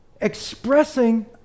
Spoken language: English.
expressing